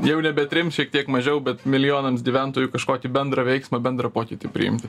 jau nebe trim šiek tiek mažiau bet milijonams gyventojų kažkokį bendrą veiksmą bendrą pokyti priimti